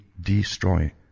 destroy